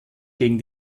gegen